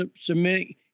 submitting